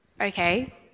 Okay